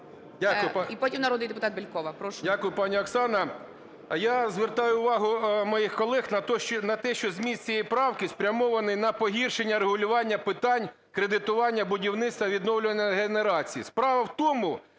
І потім народний депутат Бєлькова.